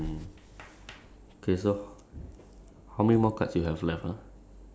which is like a weird combination lah but you get like the crunchy and the creamy the pasta